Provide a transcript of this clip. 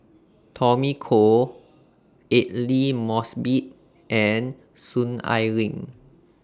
Tommy Koh Aidli Mosbit and Soon Ai Ling